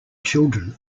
children